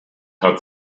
hat